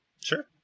Sure